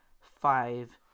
five